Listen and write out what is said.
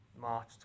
March